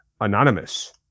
Anonymous